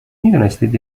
میدونستید